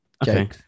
Okay